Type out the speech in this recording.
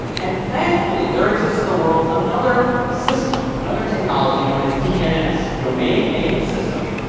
and thankfully, there exists in the world another system, another technology known as dns domain name system.